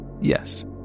Yes